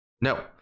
no